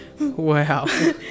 wow